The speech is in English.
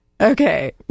Okay